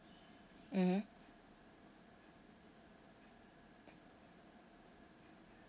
mmhmm